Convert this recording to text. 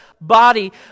body